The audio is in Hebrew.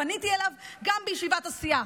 ופניתי אליו גם בישיבת הסיעה.